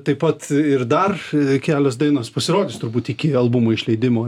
taip pat ir dar kelios dainos pasirodys turbūt iki albumo išleidimo